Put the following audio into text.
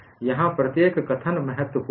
यहां प्रत्येक कथन महत्वपूर्ण है